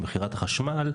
ממכירת החשמל,